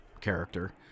character